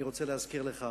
אני רוצה להזכיר לך,